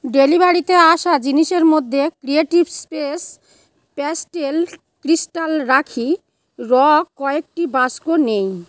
ডেলিভারিতে আসা জিনিসের মধ্যে ক্রিয়েটিভ স্পেস প্যাস্টেল ক্রিস্টাল রাখি আর কয়েকটি বাক্স নেই